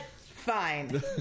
Fine